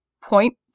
Point